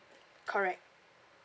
correct